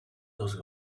goes